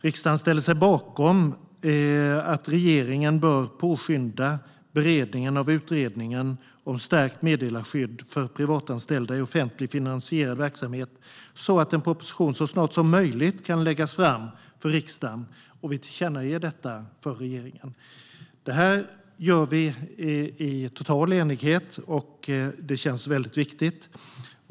Riksdagen ställer sig bakom att regeringen bör påskynda beredningen av utredningen om ett stärkt meddelarskydd för privatanställda i offentligt finansierad verksamhet, så att en proposition kan läggas fram för riksdagen så snart som möjligt, och detta tillkännager vi för regeringen. Det gör vi i total enighet, och det är viktigt.